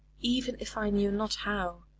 even if i knew not how.